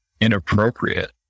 inappropriate